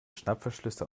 schnappverschlüsse